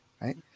right